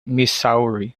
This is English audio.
missouri